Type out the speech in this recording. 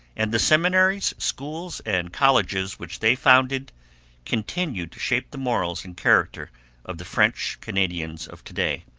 and the seminaries, schools, and colleges which they founded continue to shape the morals and character of the french canadians of to-day.